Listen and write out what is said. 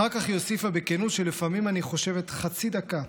אחר כך היא הוסיפה בכנות: לפעמים אני חושבת: חצי דקה,